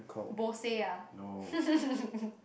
Bose ah